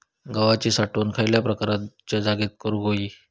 गव्हाची साठवण खयल्या प्रकारच्या जागेत करू होई?